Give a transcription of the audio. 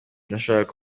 nashaka